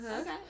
okay